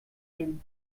ell